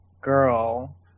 girl